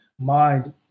mind